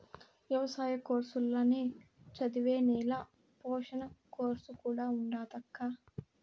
ఎవసాయ కోర్సుల్ల నే చదివే నేల పోషణ కోర్సు కూడా ఉండాదక్కా